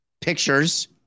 Pictures